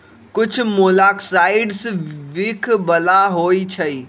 कुछ मोलॉक्साइड्स विख बला होइ छइ